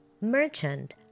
Merchant